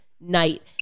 night